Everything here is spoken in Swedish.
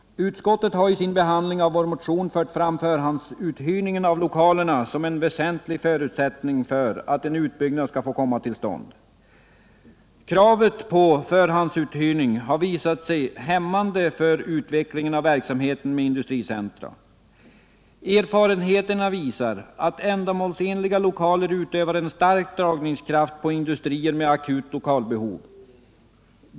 Utskottet har vid sin behandling av vår motion fört fram förhandsuthyrningen av lokalerna som en väsentlig förutsättning för att en utbyggnad skall få komma till stånd. Kravet på förhandsuthyrning har visat sig vara hämmande för utvecklingen av industricentra. Erfarenheten visar att ändamålsenliga lokaler utövar en stark dragningskraft på industrier med akut lokalbehov.